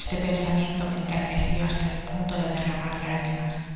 este pensamiento me enterneció hasta el punto de derramar lágrimas